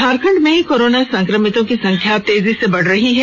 झारखंड में कोरोना संक्रमितों की संख्या तेजी से बढ़ रही है